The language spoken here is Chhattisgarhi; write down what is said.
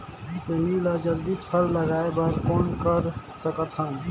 सेमी म जल्दी फल लगाय बर कौन कर सकत हन?